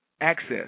access